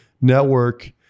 network